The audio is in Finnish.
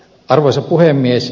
arvoisa puhemies